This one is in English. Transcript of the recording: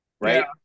Right